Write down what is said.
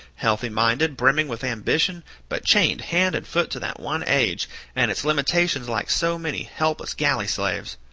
healthy-minded, brimming with ambition, but chained hand and foot to that one age and its limitations like so many helpless galley-slaves!